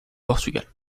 portugal